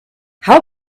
how